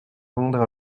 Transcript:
rendre